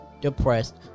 Depressed